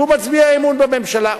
שהוא מצביע אמון בממשלה,